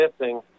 missing